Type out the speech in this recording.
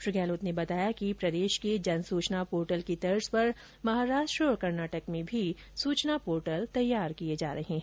श्री गहलोत ने बताया कि राजस्थान के जन सूचना पोर्टल की तर्ज पर महाराष्ट्र और कर्नाटक में भी सूचना पोर्टल तैयार किए जा रहे हैं